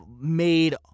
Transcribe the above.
made